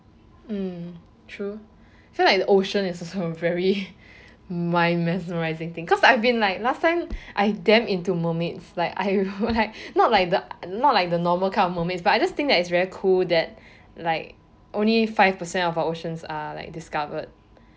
mm true feel like the ocean is also very mind mesmerising thing cause I've been like last time I damn into mermaids like I like not like the not like the normal kind of mermaids but I just think that it's very cool that like only five percent of our oceans are like discovered